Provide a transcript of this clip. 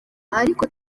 ariko